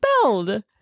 spelled